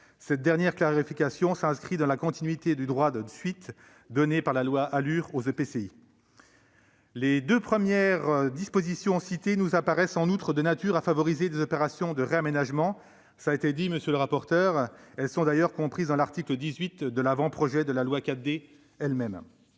Cette dernière clarification s'inscrit dans la continuité du droit de suite donné par la loi ALUR aux EPCI. Les deux premières dispositions citées nous paraissent en outre de nature à favoriser les opérations de réaménagement, cela a été dit. Elles sont d'ailleurs inscrites dans l'article 18 de l'avant-projet de loi dite 4D.